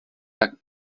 tak